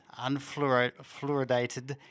unfluoridated